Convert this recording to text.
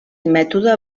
mètode